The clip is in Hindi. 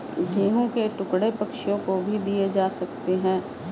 गेहूं के टुकड़े पक्षियों को भी दिए जा सकते हैं